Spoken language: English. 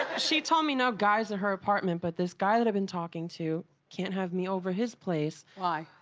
she told me no guys in her apartment but this guy that i've been talking to can't have me over his place. why?